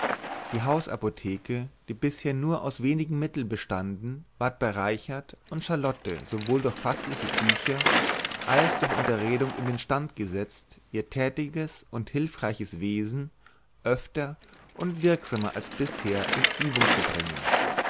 die hausapotheke die bisher nur aus wenigen mitteln bestanden ward bereichert und charlotte sowohl durch faßliche bücher als durch unterredung in den stand gesetzt ihr tätiges und hülfreiches wesen öfter und wirksamer als bisher in übung zu bringen